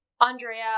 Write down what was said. Andrea